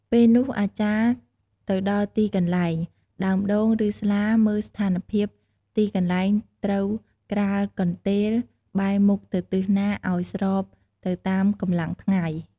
ពេលនោះអាចារ្យទៅដល់ទីកន្លែង ដើមដូង ឬស្លាមើលស្ថានភាពទីកន្លែងត្រូវក្រាលកន្ទេល បែរមុខទៅទិសណាឲ្យស្របទៅតាមកម្លាំងថ្ងៃ ។